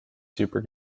super